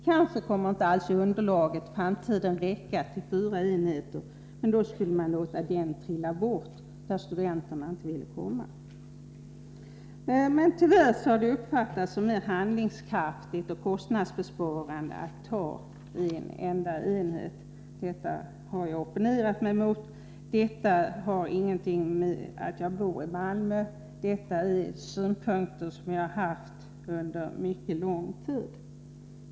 Kanske kommer elevunderlaget inte alls att räcka till fyra enheter i framtiden, men då skulle man låta den enhet trilla bort som studenterna inte vill komma till. Men tyvärr har det uppfattats som mer handlingskraftigt och kostnadsbesparande att ta en enda enhet direkt. Detta har jag opponerat mig emot. Det har inte att göra med att jag bor i Malmö, utan detta är synpunkter som bygger på värderingar, som jag haft under mycket lång tid.